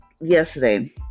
yesterday